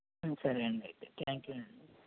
సరే అండి అయితే థ్యాంక్ యూ అండి